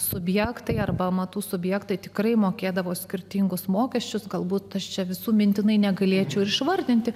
subjektai arba amatų subjektai tikrai mokėdavo skirtingus mokesčius galbūt aš čia visų mintinai negalėčiau išvardinti